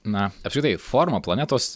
na apskritai forma planetos